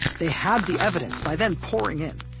they had the evidence, by then pouring in.